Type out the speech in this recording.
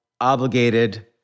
obligated